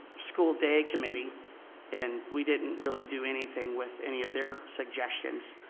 school day committee and we didn't really do anything with any of their suggestions.